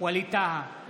ווליד טאהא,